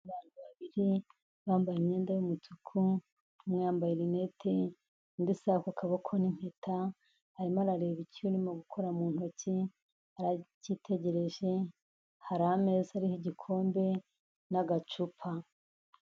Abantu bibiri bambaye imyenda y'umutuku umwe yambaye rinete, undi isaha ku k'akaboko n'impeta, arimo arareba icyo urimo gukora mu ntoki, aracyitegereje hari ameza ariho igikombe n'agacupa.